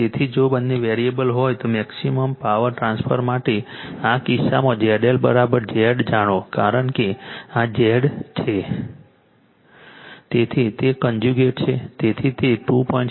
તેથી જો બંને વેરીએબલ હોય તો મેક્સિમમ પાવર ટ્રાન્સફર માટે આ કિસ્સામાં ZLz જાણો કારણ કે આ Z છે તેથી તે કોન્ઝયુગેટ છે તેથી તે 2